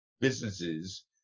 businesses